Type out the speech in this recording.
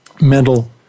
mental